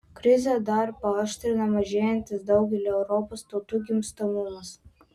krizę dar paaštrina mažėjantis daugelio europos tautų gimstamumas